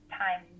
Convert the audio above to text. time